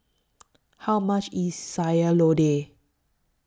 How much IS Sayur Lodeh